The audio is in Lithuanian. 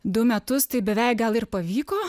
du metus tai beveik gal ir pavyko